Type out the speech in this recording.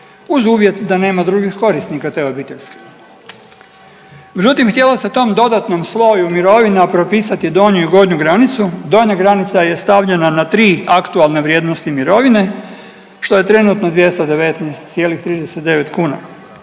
uz uvjet da nema drugih korisnika te obiteljske. Međutim htjelo se tom dodatnom sloju mirovina propisati donju i gornju granicu, donja granica je stavljena na 3 aktualne vrijednosti mirovine što je trenutno 219,39 kuna,